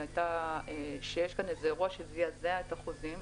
הייתה שיש כאן איזשהו אירוע שזעזע את החוזים,